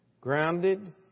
grounded